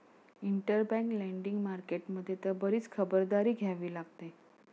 interbank lending market मध्ये तर बरीच खबरदारी घ्यावी लागते